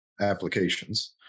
applications